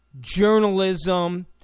journalism